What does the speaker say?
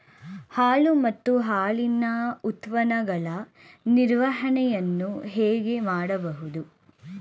ಹಾಲು ಮತ್ತು ಹಾಲಿನ ಉತ್ಪನ್ನಗಳ ನಿರ್ವಹಣೆಯನ್ನು ಹೇಗೆ ಮಾಡಬಹುದು?